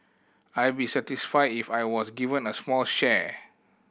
I be satisfied if I was given a small share